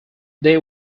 they